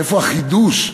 איפה החידוש?